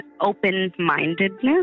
open-mindedness